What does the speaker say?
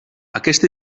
aquest